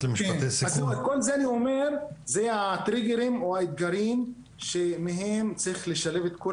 אלו הטריגרים או האתגרים שמהם צריך לשלב את כל